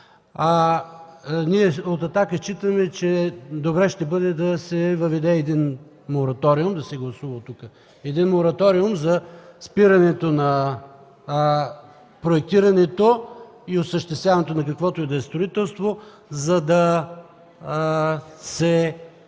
Ние от „Атака” считаме, че добре ще бъде да се въведе един мораториум, да се гласува мораториум за спирането на проектирането и осъществяването на каквото и да е строителство, за да се тушира